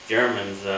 Germans